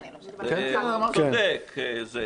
אז אני מצטרף לעמדת החברים המצב הוא לא בריא.